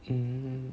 mm